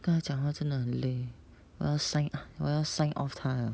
跟他讲话真的很累我要 sign 我要 sign off 他